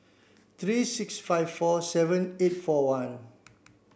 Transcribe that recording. three six five four seven eight four one